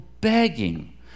begging